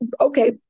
Okay